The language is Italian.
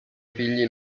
figli